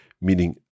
meaning